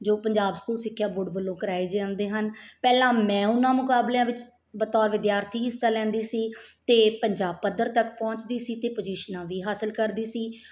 ਜੋ ਪੰਜਾਬ ਸਕੂਲ ਸਿੱਖਿਆ ਬੋਰਡ ਵੱਲੋਂ ਕਰਵਾਏ ਜਾਂਦੇ ਹਨ ਪਹਿਲਾਂ ਮੈਂ ਉਹਨਾਂ ਮੁਕਾਬਲਿਆਂ ਵਿੱਚ ਬਤੌਰ ਵਿਦਿਆਰਥੀ ਹਿੱਸਾ ਲੈਂਦੀ ਸੀ ਅਤੇ ਪੰਜਾਬ ਪੱਧਰ ਤੱਕ ਪਹੁੰਚਦੀ ਸੀ ਅਤੇ ਪੁਜ਼ੀਸ਼ਨਾਂ ਵੀ ਹਾਸਲ ਕਰਦੀ ਸੀ